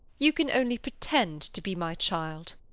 you can only pretend to be my child.